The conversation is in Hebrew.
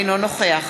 אינו נוכח